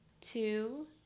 Two